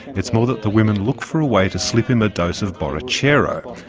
it's more that the women look for a way to slip him a dose of borrachero,